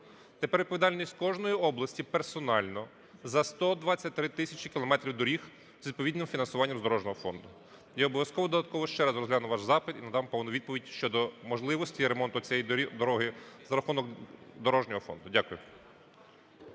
Тепер відповідальність кожної області персонально за 123 тисячі кілометрів доріг з відповідним фінансуванням з дорожнього фонду. Я обов'язково додатково ще раз розгляну ваш запит і надам повну відповідь щодо можливості ремонту цієї дороги за рахунок дорожнього фонду. Дякую.